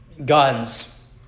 Guns